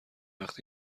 وقت